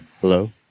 Hello